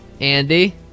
Andy